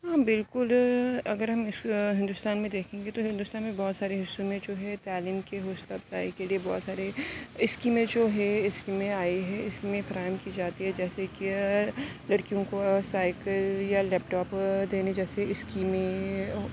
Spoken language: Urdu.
ہاں بالکل ہے اگر ہم ہندوستان میں دیکھیں گے تو ہندوستان میں بہت سارے حصوں میں جو ہے تعلیم کے حوصلہ افزائی کے لیے بہت سارے اسکیمیں جو ہے اسکیمیں آئی ہے اس میں فراہم کی جاتی ہے جیسے کہ لڑکیوں کو سائیکل یا لیپ ٹاپ دینے جیسے اسکیمیں